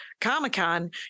Comic-Con